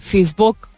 Facebook